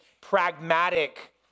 pragmatic